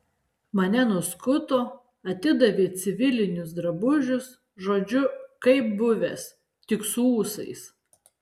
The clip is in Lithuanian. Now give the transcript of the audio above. mane nuskuto atidavė civilinius drabužius žodžiu kaip buvęs tik su ūsais